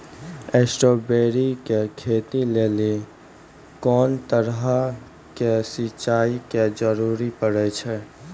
Strawberry के खेती लेली कोंन तरह के सिंचाई के जरूरी पड़े छै?